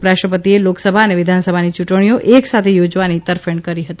ઉપરાષ્ટ્રપતિએ લોકસભા અને વિધાનસભાની ચૂંટણીઓ એક સાથે યોજવાની તરફેણ કરી હતી